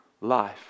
life